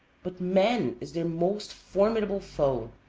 but man is their most formidable foe.